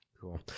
Cool